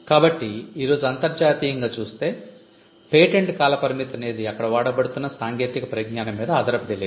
కాబట్టి ఈ రోజు అంతర్జాతీయంగా చూస్తే పేటెంట్ కాల పరిమితి అనేది అక్కడ వాడబతుతున్న సాంకేతిక పరిజ్ఞానం మీద ఆధారపడి లేదు